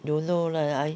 don't know lah I